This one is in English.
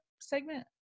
segment